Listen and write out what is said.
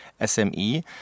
SME